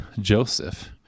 Joseph